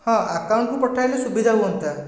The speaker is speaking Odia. ହଁ ଆକାଉଣ୍ଟକୁ ପଠାଇଲେ ସୁବିଧା ହୁଅନ୍ତା